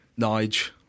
Nige